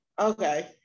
Okay